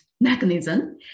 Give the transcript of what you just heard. mechanism